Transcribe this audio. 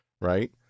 Right